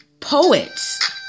Poets